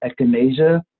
echinacea